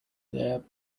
their